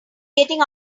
getting